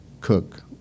cook